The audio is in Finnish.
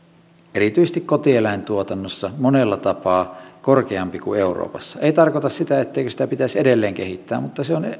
erityisesti kotieläintuotannossa monella tapaa korkeampi kuin euroopassa se ei tarkoita sitä etteikö sitä pitäisi edelleen kehittää mutta se on